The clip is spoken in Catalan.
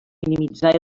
minimitzar